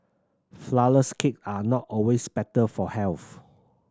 flourless cake are not always better for health